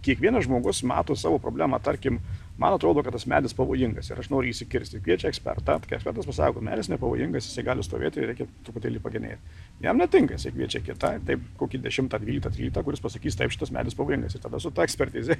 kiekvienas žmogus mato savo problemą tarkim man atrodo kad tas medis pavojingas ir aš noriu jį išsikirsti jis kviečia ekspertą ekspertas pasako medis nepavojingas jisai gali stovėti jį reikia truputėlį pagenėt jam netinka jisai kviečia kitą taip kokį dešimtą dvyliktą tryliktą kuris pasakys taip šitas medis pavojingas ir tada su ta ekspertize